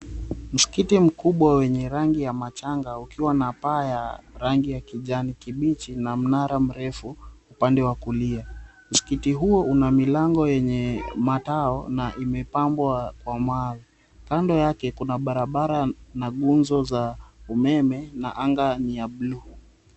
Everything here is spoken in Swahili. Msikiti mkubwa wenye rangi ya machanga ukiwa paa ya kijani kibichi na mnara mrefu upande wa kulia, msikiti huu una milango yenye mataa na yamepangwa kwa mawe kando yake kuna barabara na nguzo za umeme na anga ni ya blue .